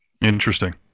Interesting